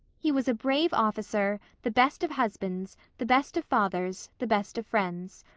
he was a brave officer, the best of husbands, the best of fathers, the best of friends.